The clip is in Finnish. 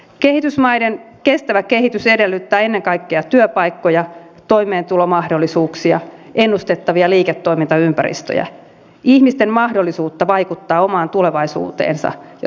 kehitysmaiden kestävä kehitys edellyttää ennen kaikkea työpaikkoja toimeentulomahdollisuuksia ennustettavia liiketoimintaympäristöjä ihmisten mahdollisuutta vaikuttaa omaan tulevaisuuteensa ja suunnitella sitä